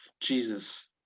Jesus